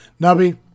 Nubby